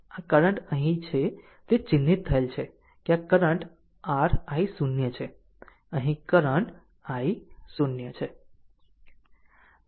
આ કરંટ અહીં છે તે ચિહ્નિત થયેલ છે કે આ કરંટ r i0 છે અહીં કરંટ i0 છે